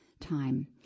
time